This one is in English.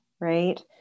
right